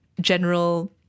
general